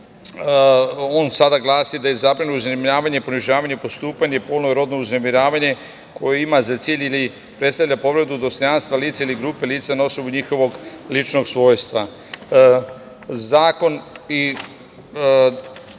on sada glasi da je zabranjeno uznemiravanje i ponižavanje postupanje, polno i rodno uznemiravanje koje ima za cilj ili predstavlja povredu dostojanstava lica ili grupe lica na osnovu njihovog ličnog svojstva. Zakon iz